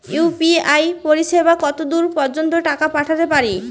UPI পরিসেবা কতদূর পর্জন্ত টাকা পাঠাতে পারি?